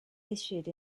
issued